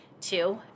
Two